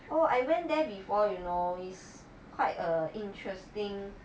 oh I went there before you know it's quite a interesting